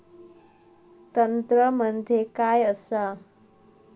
तंत्र म्हणजे काय असा?